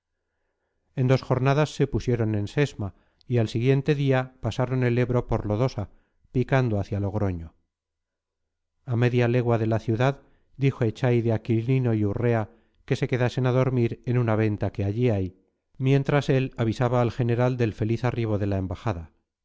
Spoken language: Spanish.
en dos jornadas se pusieron en sesma y al siguiente día pasaron el ebro por lodosa picando hacia logroño a media legua de la ciudad dijo echaide a quilino y urrea que se quedasen a dormir en una venta que allí hay mientras él avisaba al general del feliz arribo de la embajada